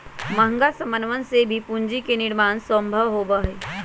महंगा समनवन से भी पूंजी के निर्माण सम्भव होबा हई